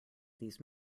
these